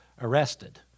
arrested